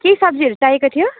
केही सब्जीहरू चाहिएको थियो